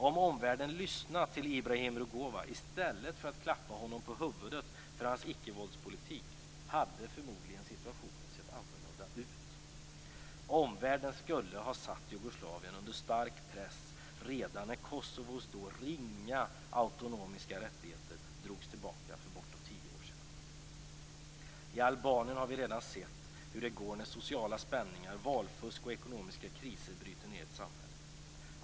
Om omvärlden lyssnat till Ibrahim Rugova i stället för att klappa honom på huvudet för hans icke-våldspolitik hade förmodligen situationen sett annorlunda ut. Omvärlden skulle ha satt Jugoslavien under stark press redan när Kosovos då ringa autonoma rättigheter drogs tillbaka för bortåt tio år sedan. I Albanien har vi redan sett hur det går när sociala spänningar, valfusk och ekonomiska kriser bryter ned ett samhälle.